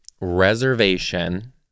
reservation